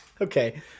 Okay